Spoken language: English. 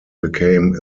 became